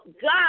God